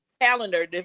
calendar